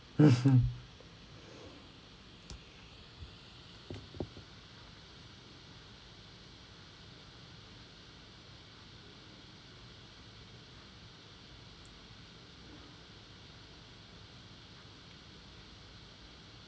mmhmm